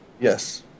Yes